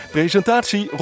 Presentatie